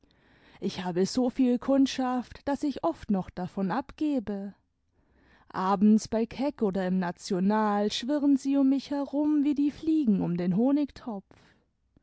ich habe so viel kundschaft daß ich oft noch davon abgebe abends bei keck oder im national schwirren sie um mich herum wie die fliegen um den honigtopf